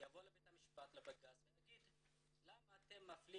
יבוא לבית המשפט, לבג"צ, יגיד "למה אתם מפלים